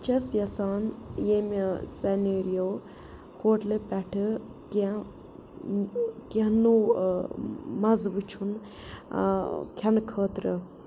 چھَس یَژھان ییٚمہِ سنیریو ہوٹلہٕ پٮ۪ٹھٕ کیٚنٛہہ کیٚنٛہہ نوٚو مَزٕ وٕچھُن کھٮ۪نہٕ خٲطرٕ